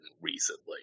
recently